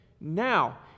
Now